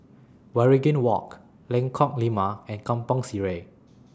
Waringin Walk Lengkok Lima and Kampong Sireh